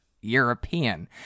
European